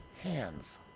hands